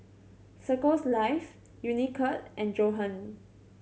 Circles Life Unicurd and Johan